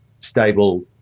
stable